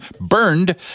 burned